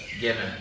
given